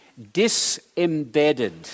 disembedded